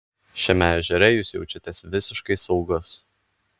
šiame ežere jūs jaučiatės visiškai saugus